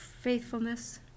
faithfulness